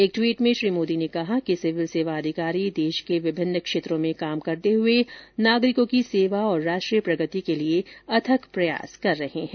एक ट्वीट में श्री मोदी ने कहा कि सिविल सेवा अधिकारी देश को विभिन्न क्षेत्रों में काम करते हुए नागरिकों की सेवा तथा राष्ट्रीय प्रगति के लिए अथक प्रयास कर रहे हैं